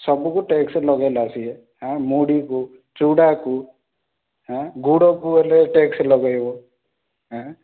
ସବୁକୁ ଟ୍ୟାକ୍ସ ଲଗେଇଲା ସିଏ ହାଁ ମୁଢ଼ିକୁ ଚୂଡ଼ାକୁ ହାଁ ଗୁଡ଼କୁ ହେଲେ ଟ୍ୟାକ୍ସ ଲଗେଇବ ହାଁ